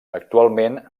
actualment